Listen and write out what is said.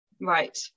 Right